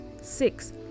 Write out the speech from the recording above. Six